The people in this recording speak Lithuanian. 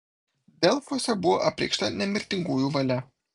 delfuose buvo apreikšta nemirtingųjų valia